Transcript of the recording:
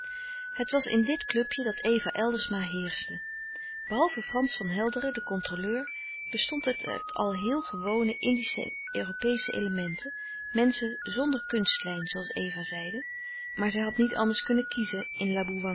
het was in dit clubje dat eva eldersma louis couperus de stille kracht heerschte behalve frans van helderen de controleur bestond het uit al heel gewone indische en europeesche elementen menschen zonder kunstlijn zooals eva zeide maar zij had niet anders kunnen kiezen in